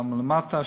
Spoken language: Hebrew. גם למטה,